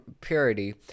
purity